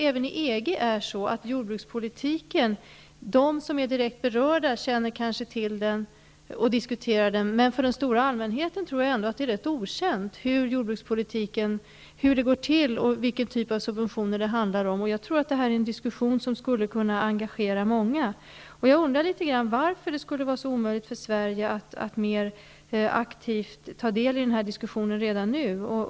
Även i EG är det så, att de som är direkt berörda kanske känner till och diskuterar besluten. Men för den stora allmänheten är det rätt okänt hur jordbrukspolitiken utformas och vilka subventioner det handlar om. Jag tror att detta är en diskussion som skulle engagera många. Jag undrar litet grand varför det skall vara så omöjligt för Sverige att mer aktivt ta del i denna diskussion redan nu.